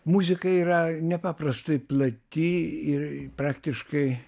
muzika yra nepaprastai plati ir praktiškai